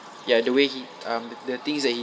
ya the way he um the the things that he